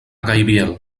gaibiel